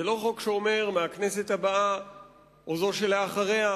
זה לא חוק שאומר: מהכנסת הבאה או זאת שלאחריה,